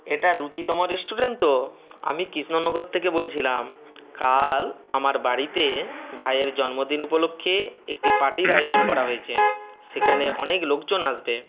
এটা রুচিতম রেস্টুরেন্ট তো আমি কৃষ্ণনগর থেকে বলছিলাম কাল আমার বাড়িতে ভাইয়ের জন্মদিন উপলক্ষে একটি পার্টির আয়োজন করা হয়েছে সেখানে অনেক লোকজন আসবে